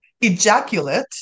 ejaculate